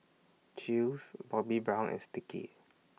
Chew's Bobbi Brown and Sticky